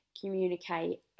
communicate